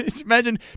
Imagine